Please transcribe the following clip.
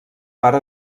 part